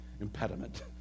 impediment